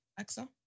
AXA